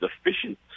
efficient